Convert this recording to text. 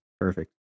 Perfect